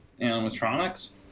animatronics